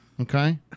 okay